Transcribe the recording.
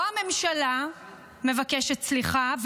לא הממשלה מבקשת סליחה,